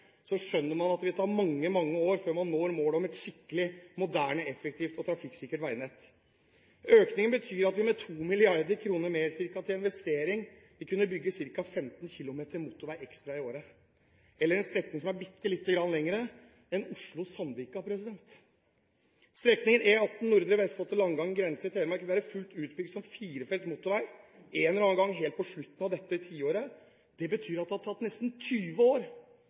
skjønner man at det vil ta mange, mange år før man når målet om et skikkelig, moderne, effektivt og trafikksikkert veinett. Økningen betyr at vi med 2 mrd. kr mer til investeringer vil kunne bygge ca. 15 km ekstra motorvei i året, eller en strekning som er bitte lite grann lengre enn Oslo–Sandvika. Strekningen E18 Nordre Vestfold til Langangen grense i Telemark vil være fullt utbygd som firefelts motorvei en eller annen gang helt på slutten av dette tiåret. Det betyr at det har tatt nesten 20 år